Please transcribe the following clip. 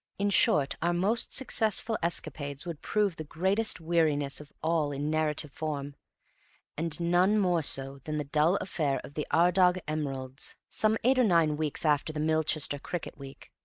in short, our most successful escapades would prove the greatest weariness of all in narrative form and none more so than the dull affair of the ardagh emeralds, some eight or nine weeks after the milchester cricket week.